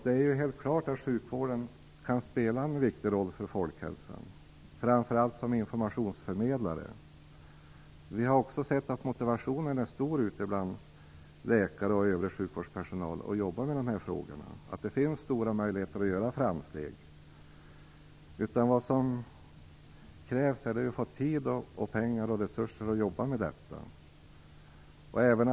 Det är helt klart att sjukvården kan spela en viktig roll för folkhälsan, framför allt som informationsförmedlare. Vi har också sett att motivationen är stor ute bland läkare och övrig sjukvårdspersonal när det gäller att arbeta med dessa frågor. Det finns därför stora möjligheter att göra framsteg. Vad som krävs är tid, pengar och resurser för att kunna arbeta med detta.